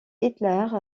hitler